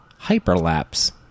hyperlapse